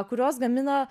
kurios gamina